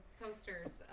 posters